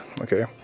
okay